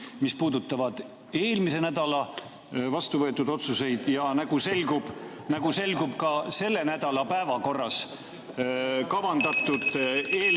mis puudutavad eelmisel nädalal vastu võetud otsuseid ja nagu selgub, ka selle nädala päevakorras kavandatud eelnõude